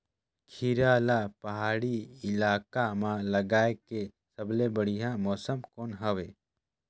खीरा ला पहाड़ी इलाका मां लगाय के सबले बढ़िया मौसम कोन हवे?